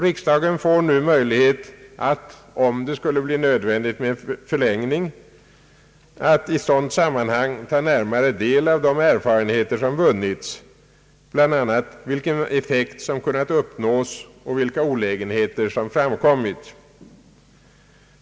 Riksdagen får nu möjlighet att om det skulle bli nödvändigt med en förlängning vid ett senare tillfälle ta närmare del av de erfarenheter som har vunnits, bland annat vilken effekt som har kunnat uppnås och vilka olägenheter som har framkommit.